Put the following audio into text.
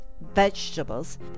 vegetables